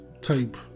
type